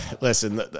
listen